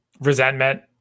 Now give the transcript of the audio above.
resentment